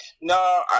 no